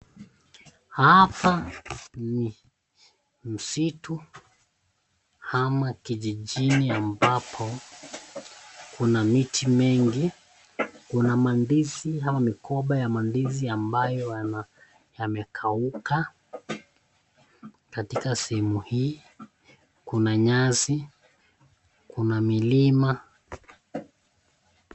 Hapa ni msitu ama kijijini ambapo kuna miti mingi kuna mandizi ama migomba nya mandizi ambayo yamekauka. Katika sehemu hii kuna nyasi, kuna milima.